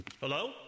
hello